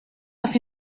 off